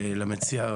המציע,